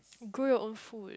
grow your own food